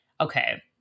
okay